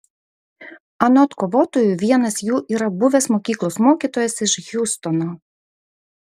anot kovotojų vienas jų yra buvęs mokyklos mokytojas iš hjustono